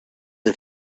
who